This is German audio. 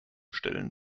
stellen